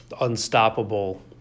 unstoppable